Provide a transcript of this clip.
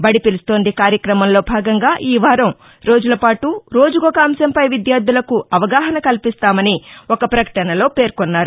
బడి పిలుస్తోంది కార్యక్రమంలో భాగంగా ఈవారం రోజుల పాటు రోజుకొక అంశంపై విద్యార్లలకు అవగాహన కల్పిస్తామని ఒక ప్రకటనలో పేర్కొన్నారు